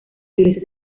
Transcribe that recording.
iglesia